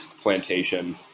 plantation